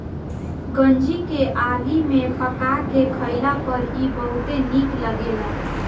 गंजी के आगी में पका के खइला पर इ बहुते निक लगेला